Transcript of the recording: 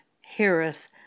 heareth